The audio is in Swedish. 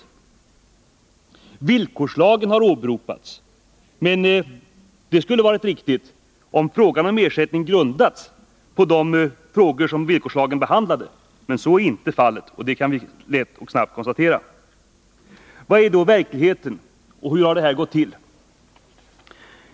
Även villkorslagen har åberopats, men det skulle ha varit riktigt att göra detta endast om ersättningskraven grundades på frågor som villkorslagen behandlar. Det är lätt att konstatera att så inte är fallet. Hurdan är då den verkliga situationen, och hur har den uppstått?